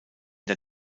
der